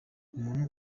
umuntu